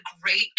great